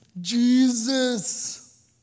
Jesus